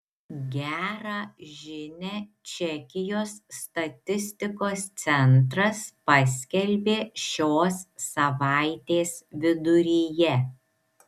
gerą žinią čekijos statistikos centras paskelbė šios savaitės viduryje